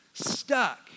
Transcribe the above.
stuck